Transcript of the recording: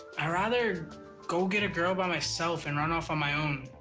i'd rather go get a girl by myself, and run off on my own,